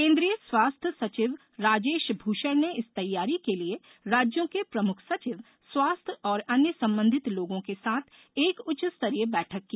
केंद्रीय स्वास्थ्य सचिव राजेश भूषण ने इस तैयारी के लिए राज्यों के प्रमुख सचिव स्वास्थ्य और अन्य संबंधित लोगों के साथ एक उच्च स्तरीय बैठक की